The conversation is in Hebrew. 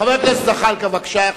חבר הכנסת זחאלקה, בבקשה.